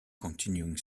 continuing